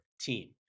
team